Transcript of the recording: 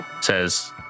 says